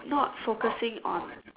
not focusing on